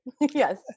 Yes